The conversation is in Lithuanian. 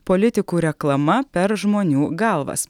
politikų reklama per žmonių galvas